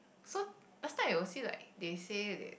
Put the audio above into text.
so last time they will see like they say they